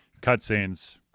cutscenes